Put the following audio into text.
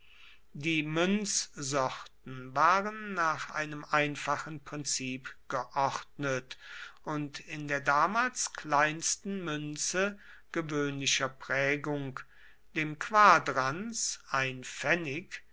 die münzsorten waren nach einem einfachen prinzip geordnet und in der damals kleinsten münze gewöhnlicher prägung dem quadrans